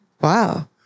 Wow